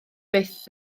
byth